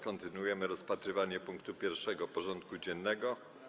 Kontynuujemy rozpatrywanie punktu 1. porządku dziennego: